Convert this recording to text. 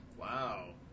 Wow